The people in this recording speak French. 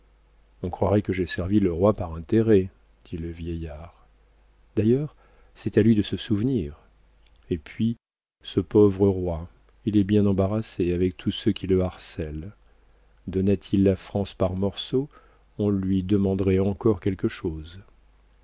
on croirait que j'ai servi le roi par intérêt dit le vieillard d'ailleurs c'est à lui de se souvenir et puis ce pauvre roi il est bien embarrassé avec tous ceux qui le harcellent donnât il la france par morceaux on lui demanderait encore quelque chose